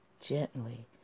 gently